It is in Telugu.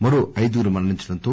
మరో ఐదుగురు మరణించటంతో